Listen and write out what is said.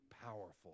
powerful